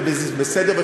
וזה בסדר,